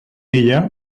ella